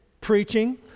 preaching